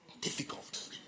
difficult